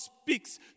speaks